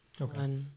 Okay